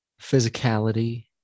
physicality